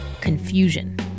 Confusion